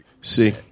See